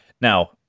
now